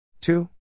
Two